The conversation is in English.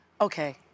okay